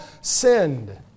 sinned